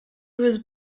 was